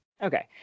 Okay